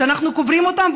שאנחנו קוברים אותן,